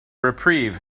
reprieve